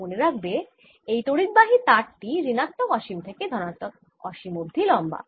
মনে রাখবে এই তড়িদবাহী তার টি ঋণাত্মক অসীম থেকে ধনাত্মক অসীম অবধি লম্বা